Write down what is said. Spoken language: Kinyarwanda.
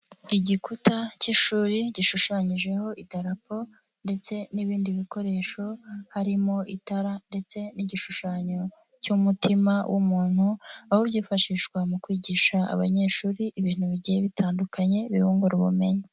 Igikuta cy'ishuri gishushanyijeho idarapo ndetse n'ibindi bikoresho, harimo itara ndetse n'igishushanyo cy'umutima w'umuntu, aho byifashishwa mu kwigisha abanyeshuri ibintu bigiye bitandukanye bibungura ubumenyi.